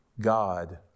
God